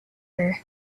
her